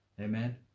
Amen